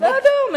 אז אומר.